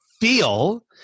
feel